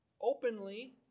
openly